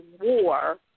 war